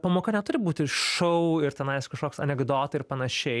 pamoka neturi būti šou ir tenais kažkoks anekdotai ir panašiai